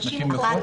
יש נשים מוכות?